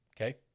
okay